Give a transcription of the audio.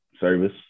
service